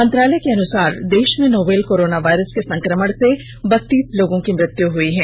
मंत्रालय के अनुसार देश में नोवेल कोरोना वायरस के संक्रमण से बतीस लोगों की मृत्यु हुई है